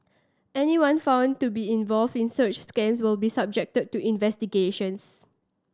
anyone found to be involved in such scams will be subjected to investigations